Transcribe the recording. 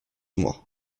mois